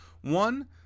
One